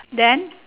then